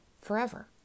forever